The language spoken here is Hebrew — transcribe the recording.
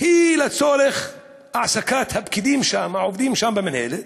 הוא לצורך העסקת הפקידים שם, העובדים שם במינהלת,